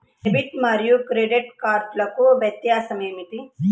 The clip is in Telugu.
డెబిట్ మరియు క్రెడిట్ కార్డ్లకు వ్యత్యాసమేమిటీ?